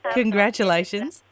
congratulations